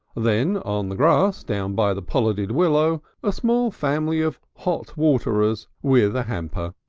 then on the grass down by the pollard willow a small family of hot water-ers with a hamper,